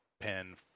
pen